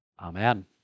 Amen